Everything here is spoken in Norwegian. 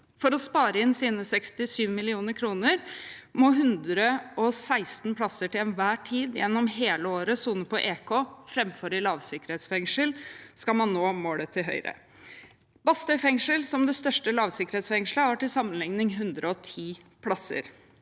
For å spare inn sine 67 mill. kr må 116 plasser til enhver tid gjennom hele året bli sonet på EK framfor i lavsikkerhetsfengsel dersom man skal nå målet til Høyre. Bastøy fengsel, som er det største lavsikkerhetsfengselet, har til sammenligning 110 plasser,